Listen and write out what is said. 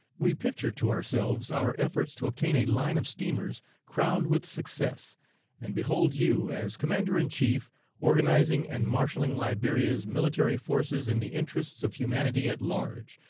we picture to ourselves our efforts to obtain a line of steamers crowned with success and behold you as commander-in-chief organizing and marshalling liberia's military forces in the interests of humanity at large,